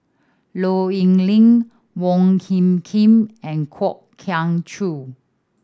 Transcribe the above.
Low Yen Ling Wong Hung Khim and Kwok Kian Chow